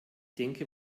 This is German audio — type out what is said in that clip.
denke